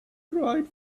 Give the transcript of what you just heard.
cried